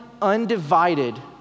undivided